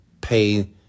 pay